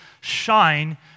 shine